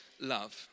Love